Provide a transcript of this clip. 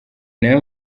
nayo